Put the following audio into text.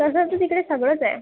तसं तर तिकडे सगळंच आहे